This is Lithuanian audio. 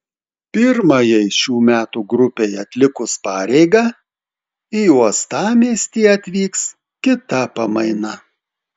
pirmajai šių metų grupei atlikus pareigą į uostamiestį atvyks kita pamaina